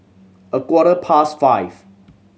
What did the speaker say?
a quarter past five